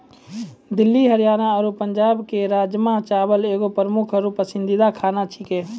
दिल्ली हरियाणा आरु पंजाबो के राजमा चावल एगो प्रमुख आरु पसंदीदा खाना छेकै